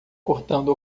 cortando